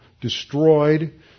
destroyed